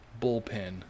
bullpen